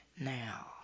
now